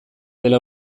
dela